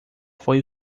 foi